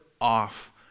off